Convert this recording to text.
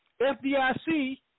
FDIC